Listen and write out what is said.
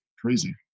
crazy